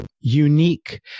unique